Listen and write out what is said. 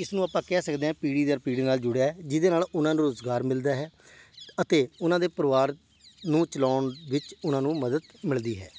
ਇਸ ਨੂੰ ਆਪਾਂ ਕਹਿ ਸਕਦੇ ਆ ਪੀੜ੍ਹੀ ਦਰ ਪੀੜ੍ਹੀ ਨਾਲ਼ ਜੁੜਿਆ ਜਿਹਦੇ ਨਾਲ਼ ਉਹਨਾਂ ਨੂੰ ਰੁਜ਼ਗਾਰ ਮਿਲਦਾ ਹੈ ਅਤੇ ਉਹਨਾਂ ਦੇ ਪਰਿਵਾਰ ਨੂੰ ਚਲਾਉਣ ਵਿੱਚ ਉਹਨਾਂ ਨੂੰ ਮਦਦ ਮਿਲਦੀ ਹੈ